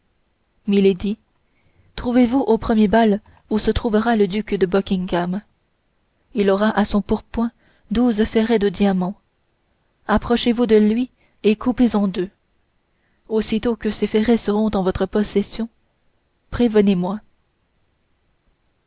trouvez-vous au premier bal où se trouvera le duc de buckingham il aura à son pourpoint douze ferrets de diamants approchez-vous de lui et coupez en deux aussitôt que ces ferrets seront en votre possession prévenezmoi